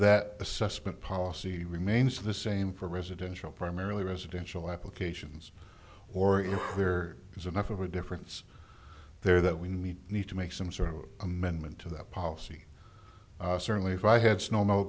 that assessment policy remains the same for residential primarily residential applications or if there is enough of a difference there that we need need to make some sort of amendment to that policy certainly if i had snow